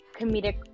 comedic